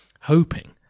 hoping